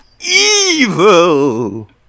evil